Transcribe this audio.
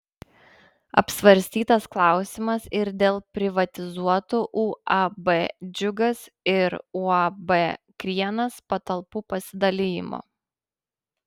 apsvarstytas klausimas ir dėl privatizuotų uab džiugas ir uab krienas patalpų pasidalijimo